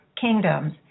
kingdoms